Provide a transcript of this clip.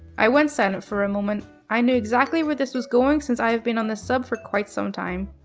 i went silent for a moment. i knew exactly where this was going since i have been on this sub for quite some time.